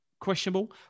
questionable